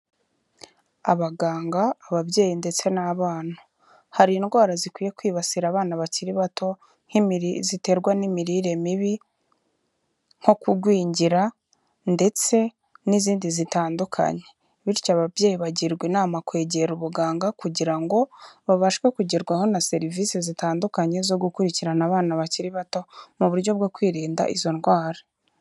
Abaganga, ababyeyi, ndetse n'abana. Hari indwara zikwiye kwibasira abana bakiri bato, ziterwa n'imirire mibi nko kugwingira, ndetse n'izindi zitandukanye. Bityo ababyeyi bagirwa inama yo kwegera ubaganga, kugira ngo babashe kugerwaho na serivisi zitandukanye zo gukurikirana abana bakiri bato, mu buryo bwo kwirinda izo ndwara.